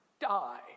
die